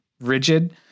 rigid